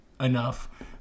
enough